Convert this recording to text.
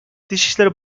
dışişleri